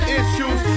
issues